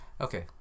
Okay